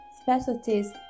specialties